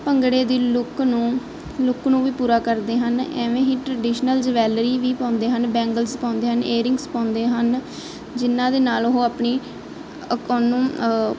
ਭੰਗੜੇ ਦੀ ਲੁੱਕ ਨੂੰ ਲੁੱਕ ਨੂੰ ਵੀ ਪੂਰਾ ਕਰਦੇ ਹਨ ਐਵੇਂ ਹੀ ਟ੍ਰਡੀਸ਼ਨਲ ਜਵੈਲਰੀ ਵੀ ਪਾਉਂਦੇ ਹਨ ਬੈਂਗਲਸ ਪਾਉਂਦੇ ਹਨ ਏਅਰਿੰਗਸ ਪਾਉਂਦੇ ਹਨ ਜਿਹਨਾਂ ਦੇ ਨਾਲ ਉਹ ਆਪਣੀ ਅਕੋਨੂ